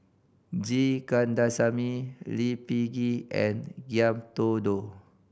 G Kandasamy Lee Peh Gee and Ngiam Tong Dow